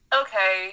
okay